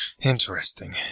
Interesting